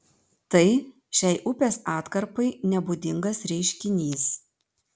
tai šiai upės atkarpai nebūdingas reiškinys